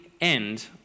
end